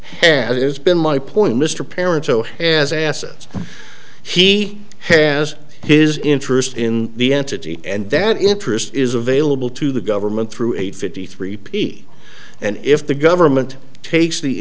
there's been my point mr parent as assets he has his interest in the entity and that interest is available to the government through eight fifty three p and if the government takes the